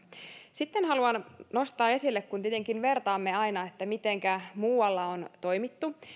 sitten haluan nostaa esille sen kun tietenkin vertaamme aina että mitenkä muualla on toimittu